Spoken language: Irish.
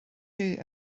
dom